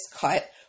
cut